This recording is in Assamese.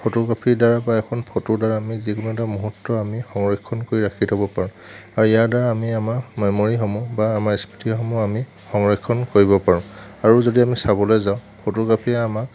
ফটোগ্ৰাফীৰ দ্বাৰা বা এখন ফটোৰ দ্বাৰা আমি যিকোনো এটা মুহূৰ্ত আমি সংৰক্ষণ কৰি ৰাখি থ'ব পাৰোঁ আৰু ইয়াৰ দ্বাৰা আমি আমাৰ মেমৰিসমূহ বা আমাৰ স্মৃতিসমূহ আমি সংৰক্ষণ কৰিব পাৰোঁ আৰু যদি আমি চাবলৈ যাওঁ ফটোগ্ৰাফীয়ে আমাক